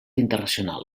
internacional